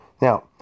Now